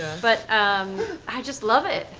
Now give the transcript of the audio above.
but i just love it.